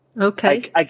Okay